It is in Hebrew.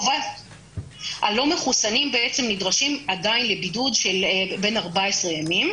הלא מחוסנים נדרשים עדיין לבידוד של 14 ימים,